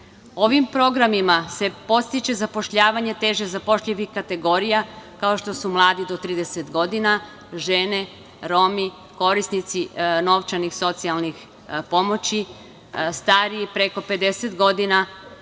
programima se podstiče zapošljavanje teže zapošljivih kategorija, kao što su mladi do 30 godina, žene, Romi, korisnici novčanih socijalnih pomoći, stariji preko 50 godina,